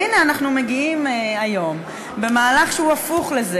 והנה אנחנו מגיעים היום במהלך שהוא הפוך לזה.